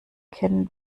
kennen